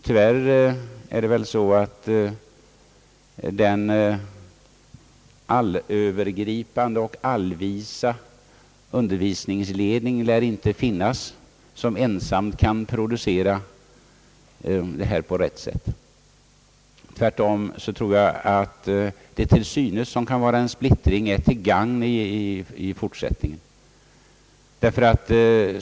Tyvärr är det väl så att den allövergripande och allvisa undervisningsledning inte lär finnas som ensam kan producera allt detta på rätt sätt. Tvärtom tror jag att det som till synes kan vara en splittring är till gagn i fortsättningen.